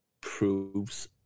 proves